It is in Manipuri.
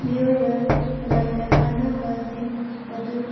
ꯃꯤꯑꯣꯏꯕ ꯈꯨꯟꯅꯥꯏꯗ ꯀꯥꯟꯅꯕꯁꯤꯡ ꯑꯗꯨ